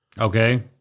Okay